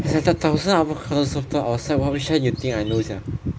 there's like a thousand avocado soft toy outside now what which one you think I know sia